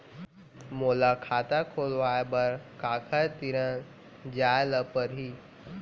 मोला खाता खोलवाय बर काखर तिरा जाय ल परही?